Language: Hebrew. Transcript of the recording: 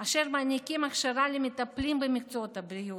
אשר מעניקים הכשרה למטפלים במקצועות הבריאות,